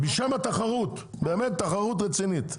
בשם התחרות, באמת תחרות רצינית.